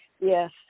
Yes